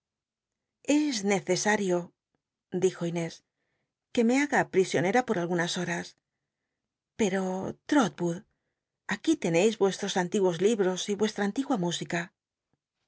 nece ario dijo inés que me haga t rísionera por algunas horas pero l'rotwood aquí lcncis yuestros antiguos libros y nuc tta antigua música